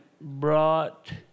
brought